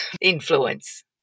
influence